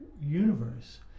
universe